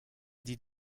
dit